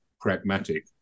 pragmatic